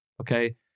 okay